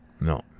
No